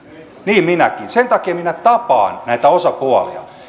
niin minäkin sen takia minä tapaan näitä osapuolia